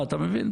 אתה מבין?